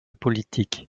politique